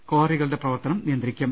ക്വാറികളുടെ പ്രവർത്തനം നിയന്ത്രിക്കും